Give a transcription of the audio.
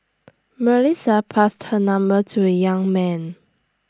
Melissa passed her number to the young man